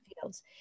Fields